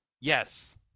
Yes